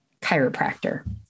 chiropractor